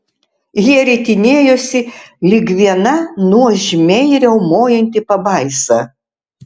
jie ritinėjosi lyg viena nuožmiai riaumojanti pabaisa